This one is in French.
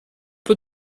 peu